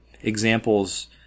examples